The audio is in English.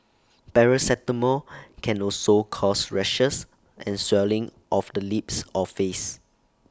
paracetamol can also cause rashes and swelling of the lips or face